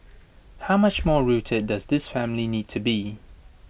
how much more rooted does this family need to be